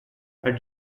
are